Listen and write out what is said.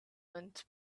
and